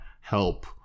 help